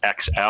XL